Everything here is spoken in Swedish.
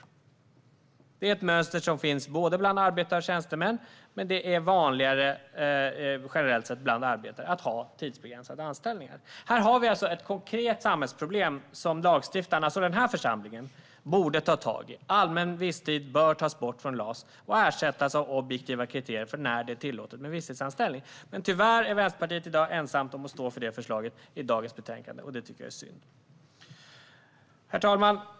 Det är ett mönster som finns bland både arbetare och tjänstemän, men det är generellt sett vanligare bland arbetare att ha tidsbegränsade anställningar. Här har vi ett konkret samhällsproblem som lagstiftarna - denna församling - borde ta tag i. Allmän visstid bör tas bort från LAS och ersättas av objektiva kriterier för när det är tillåtet med visstidsanställning. Tyvärr är Vänsterpartiet ensamt om att stå för det förslaget i dagens betänkande, vilket jag tycker är synd. Herr talman!